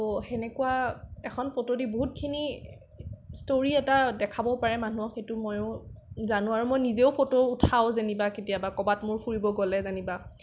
ত' সেনেকুৱা এখন ফটো দি বহুতখিনি ষ্টৰি এটা দেখাব পাৰি মানুহক সেইটো মই জানো আৰু মই নিজেও ফটো উঠাও যেনিবা কেতিয়াবা ক'ৰবাত মোৰ ফুৰিব গ'লে যেনিবা